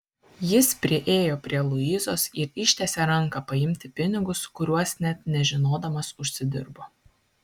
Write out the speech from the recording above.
jis priėjo prie luizos ir ištiesė ranką paimti pinigus kuriuos net nežinodamas užsidirbo